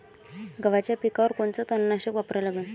गव्हाच्या पिकावर कोनचं तननाशक वापरा लागन?